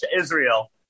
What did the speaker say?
israel